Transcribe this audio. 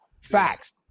Facts